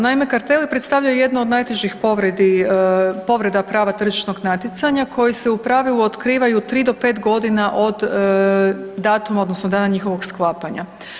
Naime, karteli predstavljaju jednu od najtežih povreda prava tržišnog natjecanja koji se u pravilu otkrivaju tri do pet godina od datuma odnosno dana njihovog sklapanja.